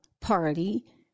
Party